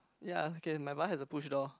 ya okay my bar has a push door